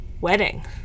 Wedding